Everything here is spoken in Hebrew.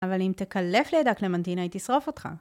אבל אם תקלף לידה קלמנטינה, היא תשרוף אותך.